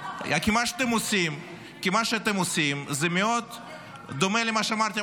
כי מה שאתם עושים מאוד דומה למה שאמרתי.